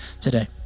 today